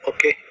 Okay